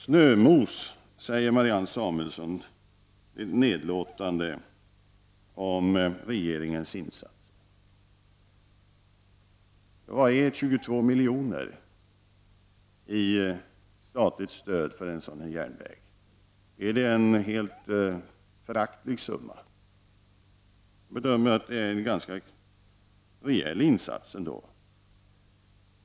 Snömos, säger Marianne Samuelsson nedlåtande om regeringens insatser. Ja, vad är 22 milj.kr. i statligt stöd för en sådan här järnväg? Är det en helt föraktlig summa? Jag bedömer det som att det är ganska rejäl insats.